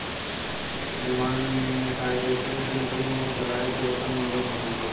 demonetisation से नकली note चलाए से रोके में मदद मिल सकेला